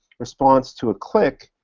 response to a click.